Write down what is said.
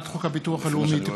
להכנתה לקריאה הראשונה.